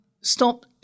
stop